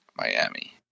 Miami